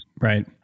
Right